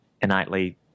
innately